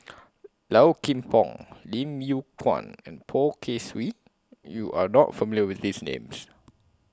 Low Kim Pong Lim Yew Kuan and Poh Kay Swee YOU Are not familiar with These Names